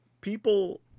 people